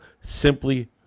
simply